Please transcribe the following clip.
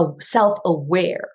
self-aware